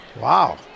Wow